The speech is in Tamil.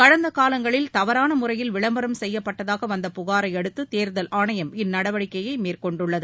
கடந்த காலங்களில் தவறான முறையில் விளம்பரம் செய்யப்பட்டதாக வந்த புகாரை அடுத்து தேர்தல் ஆணையம் இந்நடவடிக்கை மேற்கொண்டுள்ளது